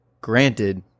granted